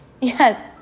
yes